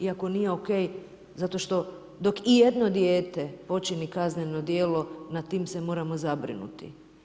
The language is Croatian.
Iako nije OK, zato što dok ijedno dijete počini kazneno djelo, nad tim se moramo zabrinuti.